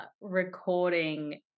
recording